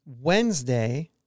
Wednesday